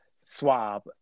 swab